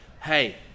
hey